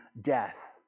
death